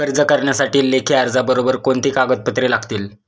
कर्ज करण्यासाठी लेखी अर्जाबरोबर कोणती कागदपत्रे लागतील?